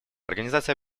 организация